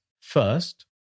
First